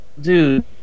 dude